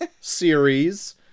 series